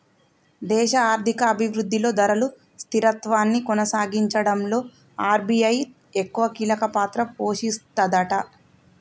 దేశ ఆర్థిక అభివృద్ధిలో ధరలు స్థిరత్వాన్ని కొనసాగించడంలో ఆర్.బి.ఐ ఎక్కువ కీలక పాత్ర పోషిస్తదట